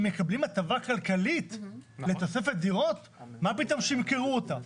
אם מקבלים הטבה כלכלית לתוספת דירות מה פתאום שימכרו אותן?